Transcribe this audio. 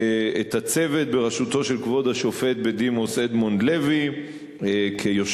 את הצוות בראשות כבוד השופט בדימוס אדמונד לוי כיושב-ראש,